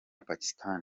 pakistan